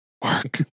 work